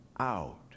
out